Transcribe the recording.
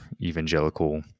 evangelical